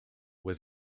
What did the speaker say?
was